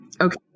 Okay